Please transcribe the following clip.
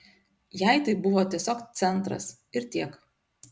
jai tai buvo tiesiog centras ir tiek